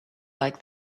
like